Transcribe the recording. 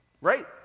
Right